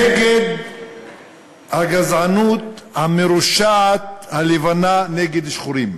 נגד הגזענות המרושעת הלבנה נגד שחורים.